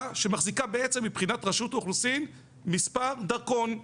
שמחזיקה בעצם מבחינת רשות האוכלוסין מספר דרכון,